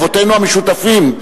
אבותינו המשותפים,